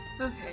Okay